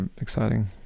exciting